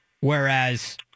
Whereas